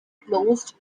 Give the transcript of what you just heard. closed